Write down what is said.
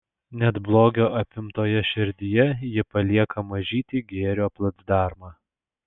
net blogio apimtoje širdyje ji palieka mažytį gėrio placdarmą